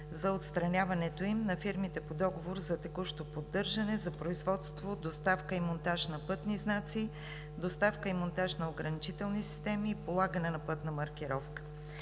за отстраняването им на фирмите по договор за текущо поддържане, за производство, доставка и монтаж на пътни знаци, доставка и монтаж на ограничителни системи и полагане на пътната маркировка.